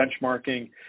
benchmarking